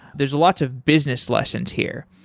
there're lots of business lessons here.